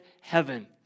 heaven